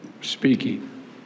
speaking